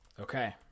Okay